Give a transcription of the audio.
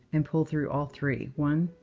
and pull through all three. one,